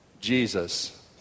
Jesus